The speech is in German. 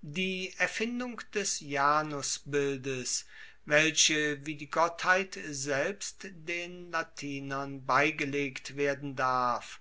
die erfindung des janusbildes welche wie die gottheit selbst den latinern beigelegt werden darf